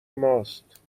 ماست